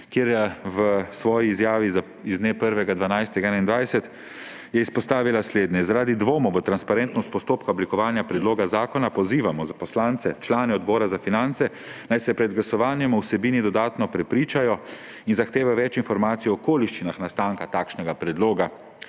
ki je v svoji izjavi iz dne 1. 12. 2021 izpostavila slednje: »Zaradi dvomov v transparentnost postopka oblikovanja predloga zakona pozivamo poslance člane Odbora za finance, naj se pred glasovanjem o vsebini dodatno prepričajo in zahtevajo več informacij o okoliščinah nastanka takšnega predloga.«